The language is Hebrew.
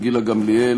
אתם ממשלה ללא לב,